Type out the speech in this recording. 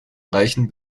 reichen